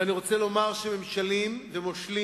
אני רוצה לומר שממשלים ומושלים